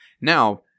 Now